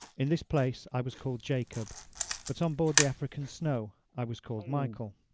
in this place i was called jacob but on board the african snow i was called michael.